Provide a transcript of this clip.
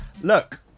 look